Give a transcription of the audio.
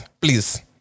please